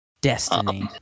destiny